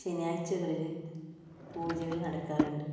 ശനിയാഴ്ചകളിൽ പൂജകൾ നടക്കാറുണ്ട്